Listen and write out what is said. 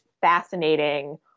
fascinating